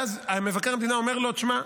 ואז מבקר המדינה אומר לו: שמע,